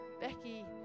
Becky